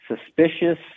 suspicious